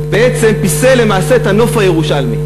בעצם פיסל למעשה את הנוף הירושלמי.